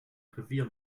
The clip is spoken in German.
revier